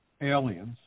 aliens